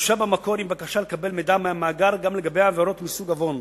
הוגשה במקור עם בקשה לקבל מידע מהמאגר גם לגבי עבירות מסוג עוון.